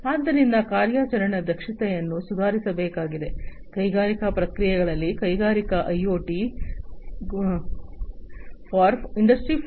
ಆದ್ದರಿಂದ ಕಾರ್ಯಾಚರಣೆಯ ದಕ್ಷತೆಯನ್ನು ಸುಧಾರಿಸಬೇಕಾಗಿದೆ ಕೈಗಾರಿಕಾ ಪ್ರಕ್ರಿಯೆಗಳಲ್ಲಿ ಕೈಗಾರಿಕಾ ಐಒಟಿ ಫಾರ್ ಇಂಡಸ್ಟ್ರಿ 4